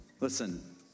Listen